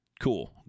cool